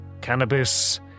cannabis